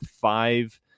five